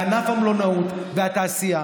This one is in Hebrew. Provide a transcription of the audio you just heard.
ענף המלונאות והתעשייה,